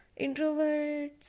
introverts